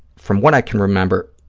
from what i can remember,